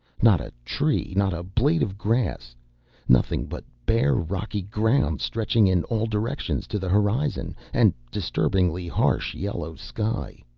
not a tree, not a blade of grass nothing but bare, rocky ground stretching in all directions to the horizon and disturbingly harsh yellow sky.